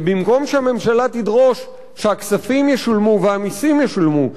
ובמקום שהממשלה תדרוש שהכספים ישולמו והמסים ישולמו,